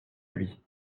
lui